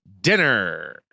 dinner